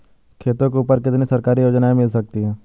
खेतों के ऊपर कितनी सरकारी योजनाएं मिल सकती हैं?